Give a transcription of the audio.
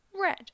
red